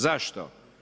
Zašto?